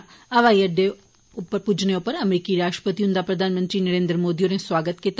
अहमदाबाद हवाई अड्डे पुज्जने उप्पर अमरीकी राश्ट्रपति हुंदा प्रधानमंत्री नरेन्द्र मोदी होरे सुआगत कीता